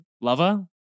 lover